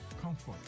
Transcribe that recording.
comfort